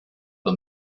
for